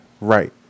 right